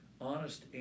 honest